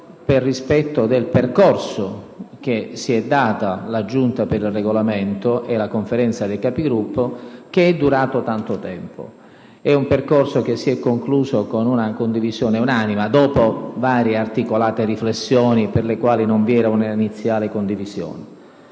il rispetto del percorso che si sono date la Giunta per il Regolamento e la Conferenza dei Capigruppo e che è durato tanto tempo. È un percorso che si è concluso con una condivisione unanime, dopo varie articolate riflessioni, per le quali non vi era un'iniziale condivisione.